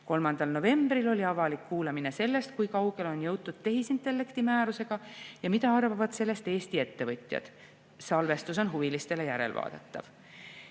3. novembril oli avalik kuulamine sellest, kui kaugele on jõutud tehisintellekti määrusega ja mida arvavad sellest Eesti ettevõtjad. Salvestus on huvilistele järelvaadatav.